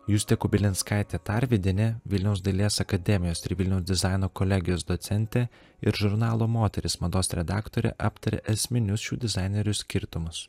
justė kubilinskaitė tarvydienė vilniaus dailės akademijos ir vilniaus dizaino kolegijos docentė ir žurnalo moteris mados redaktorė aptarė esminius šių dizainerių skirtumus